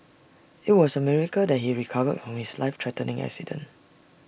IT was A miracle that he recovered from his life threatening accident